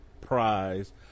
prize